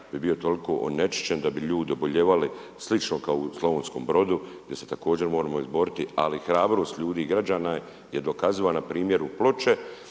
bi bio toliko onečišćen da bi ljudi obolijevali slično kao u Slavonskom Brodu gdje se također moramo izboriti, ali hrabrost ljudi i građana je dokazivan na primjeru Ploče.